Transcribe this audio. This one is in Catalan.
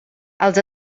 els